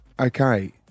Okay